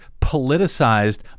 politicized